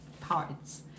parts